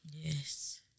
Yes